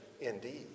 indeed